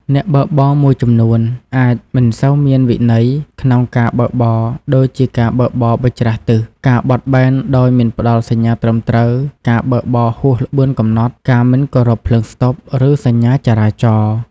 អ្នកបើកបរមួយចំនួនអាច មិនសូវមានវិន័យ ក្នុងការបើកបរ ដូចជាការបើកបរបញ្ច្រាសទិស ការបត់បែនដោយមិនផ្តល់សញ្ញាត្រឹមត្រូវ ការបើកបរហួសល្បឿនកំណត់ ការមិនគោរពភ្លើងស្តុប ឬសញ្ញាចរាចរណ៍។